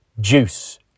Juice